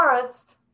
forest